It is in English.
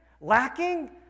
lacking